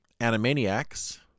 Animaniacs